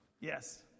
Yes